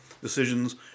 decisions